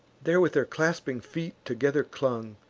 there with their clasping feet together clung,